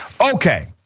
Okay